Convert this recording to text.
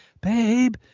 babe